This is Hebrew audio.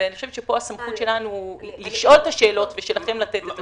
אני חושבת שפה הסמכות שלנו לשאול את השאלות ושלכם לתת את המענה.